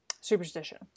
superstition